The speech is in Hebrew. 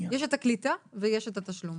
יש את הקליטה ויש את התשלום.